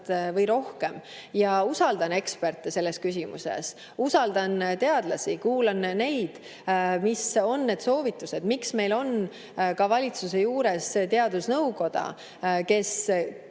või rohkem. Ma usaldan eksperte selles küsimuses, usaldan teadlasi, kuulan neid, mis on need soovitused. Seepärast meil on ka valitsuse juures teadusnõukoda, kes töötab